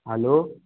hello